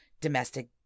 domestic